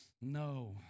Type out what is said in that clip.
No